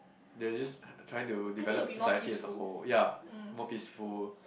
they're just trying to develop society as a whole ya more peaceful